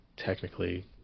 Technically